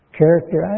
character